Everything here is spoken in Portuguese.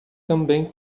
também